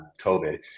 COVID